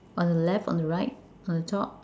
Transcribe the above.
on the left on the right on the top